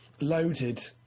Loaded